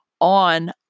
on